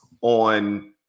on